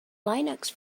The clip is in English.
linux